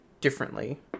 differently